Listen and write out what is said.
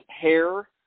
hair